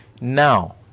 Now